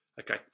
Okay